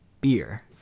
beer